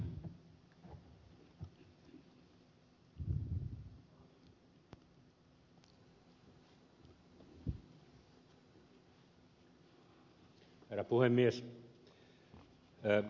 herra puhemies